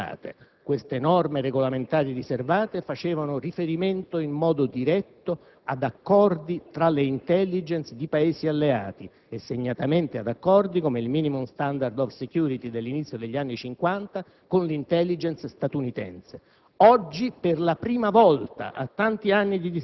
da norme regolamentari riservate. Esse facevano riferimento in modo diretto ad accordi tra le *intelligence* di Paesi alleati e segnatamente ad accordi - come il *Minimum standards of security* dell'inizio degli anni cinquanta - con l'*intelligence* statunitense.